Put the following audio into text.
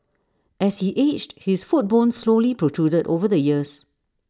as he aged his foot bone slowly protruded over the years